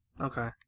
Okay